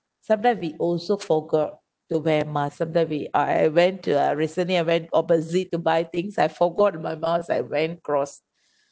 sometimes we also forgot to wear mask sometime we I I went to uh recently I went opposite to buy things I forgot my mask I went across